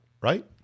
right